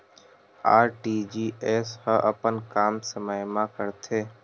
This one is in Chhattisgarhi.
आर.टी.जी.एस ह अपन काम समय मा करथे?